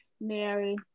Mary